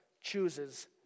chooses